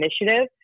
initiative